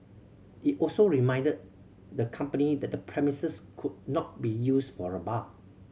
it also reminded the company that the premises could not be used for a bar